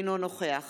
אינו נוכח